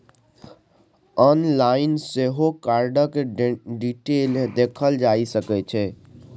online सेहो कार्डक detail देखल जा सकै छै